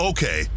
Okay